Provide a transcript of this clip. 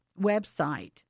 website